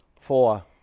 four